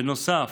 בנוסף,